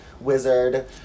Wizard